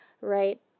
right